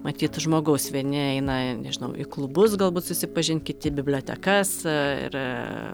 matyt žmogaus vieni eina nežinau į klubus galbūt susipažint kiti į bibliotekas ir